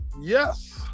yes